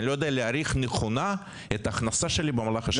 להעריך נכונה אתה ההכנסה שלי במהלך השנה.